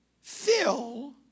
fill